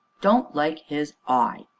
don't like is eye!